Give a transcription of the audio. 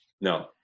No